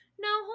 no